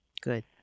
Good